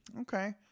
Okay